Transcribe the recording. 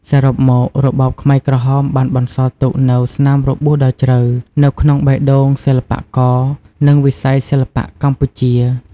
សរុបមក របបខ្មែរក្រហមបានបន្សល់ទុកនូវ ស្នាមរបួសដ៏ជ្រៅ នៅក្នុងបេះដូងសិល្បករ និងវិស័យសិល្បៈកម្ពុជា។